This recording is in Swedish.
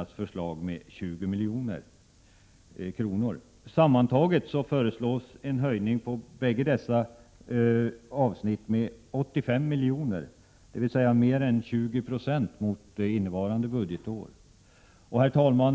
anslaget med 20 milj.kr. Sammanlagt föreslås en höjning på dessa båda avsnitt med 85 milj.kr., dvs. en höjning med mer än 20 20 jämfört med anslaget detta budgetår. Herr talman!